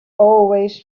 always